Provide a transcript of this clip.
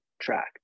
track